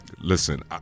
Listen